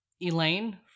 Elaine